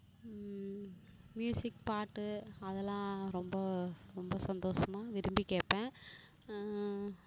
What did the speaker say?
music பாட்டு அதெலாம் ரொம்ப ரொம்ப சந்தோஷமா விரும்பிக் கேட்ப்பேன்